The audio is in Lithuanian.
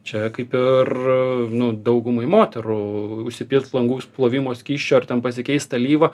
čia kaip ir nu daugumai moterų užsipilt langų plovimo skysčio ar ten pasikeist alyvą